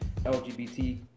lgbt